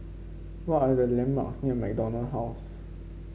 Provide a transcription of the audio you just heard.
what are the landmarks near MacDonald House